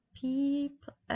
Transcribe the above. People